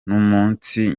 n’umunsi